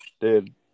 Dude